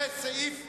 זה סעיף 55,